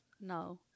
No